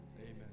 Amen